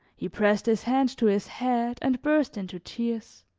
he pressed his hand to his head and burst into tears.